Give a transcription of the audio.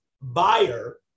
buyer